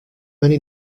many